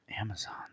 Amazon